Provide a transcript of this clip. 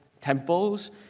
temples